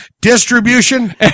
Distribution